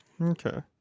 Okay